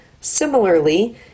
Similarly